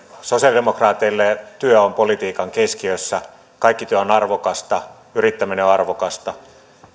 sosialidemokraateille työ on politiikan keskiössä kaikki työ on arvokasta yrittäminen on arvokasta